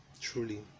truly